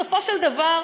בסופו של דבר,